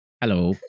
Hello